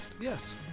Yes